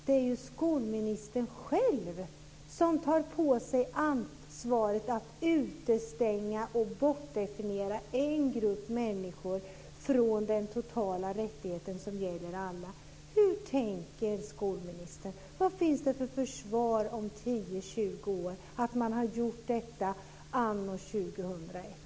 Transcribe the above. Det är skolministern själv som tar på sig ansvaret att utestänga och bortdefiniera en grupp människor från den totala rättigheten som gäller alla. Hur tänker skolministern? Vad finns det för försvar om 10, 20 år att man har gjort detta anno 2001?